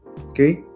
Okay